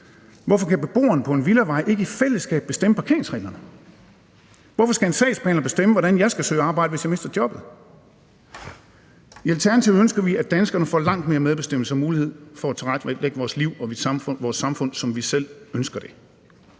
Hvorfor kan beboerne på en villavej ikke i fællesskab bestemme parkeringsreglerne? Hvorfor skal en sagsbehandler bestemme, hvordan jeg skal søge arbejde, hvis jeg mister jobbet? I Alternativet ønsker vi, at vi som danskere får langt mere medbestemmelse og mulighed for at tilrettelægge vores liv og vores samfund, som vi selv ønsker det.